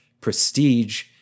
prestige